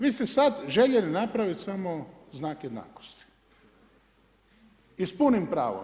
Vi ste sad željeli napraviti samo znak jednakost i s punim pravom.